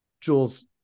Jules